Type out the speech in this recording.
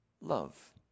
love